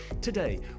Today